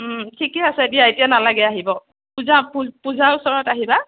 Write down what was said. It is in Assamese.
ঠিকে আছে দিয়া এতিয়া নালাগে আহিব পূজা পূ পূজাৰ ওচৰত আহিবা